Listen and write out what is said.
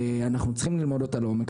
שאנחנו צריכים ללמוד אותה לעומק,